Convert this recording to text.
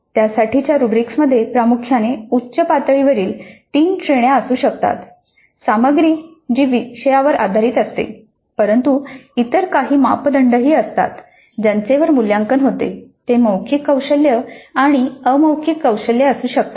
त्यासाठीच्या रुब्रिक्समध्ये प्रामुख्याने उच्च पातळीवर 3 श्रेण्या असू शकतात सामग्री जी विषयावर आधारित असते परंतु इतर काही मापदंडही असतात ज्यांचेवर मूल्यांकन होते ते मौखिक कौशल्य आणि अमौखिक कौशल्ये असू शकतात